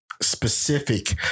specific